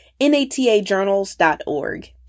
natajournals.org